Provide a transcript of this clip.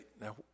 now